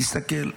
תסתכל עליהם,